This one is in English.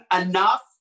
enough